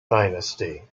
dynasty